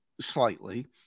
slightly